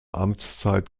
amtszeit